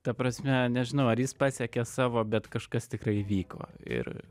ta prasme nežinau ar jis pasiekė savo bet kažkas tikrai įvyko ir